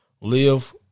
Live